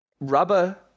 rubber